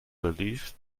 believe